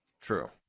True